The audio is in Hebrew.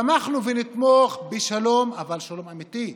תמכנו ונתמוך, בשלום, אבל שלום אמיתי,